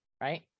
Right